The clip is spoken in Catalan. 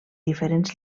diferents